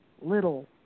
little